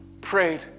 prayed